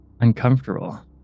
uncomfortable